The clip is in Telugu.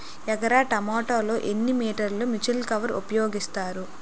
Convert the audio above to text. ఎకర టొమాటో లో ఎన్ని మీటర్ లో ముచ్లిన్ కవర్ ఉపయోగిస్తారు?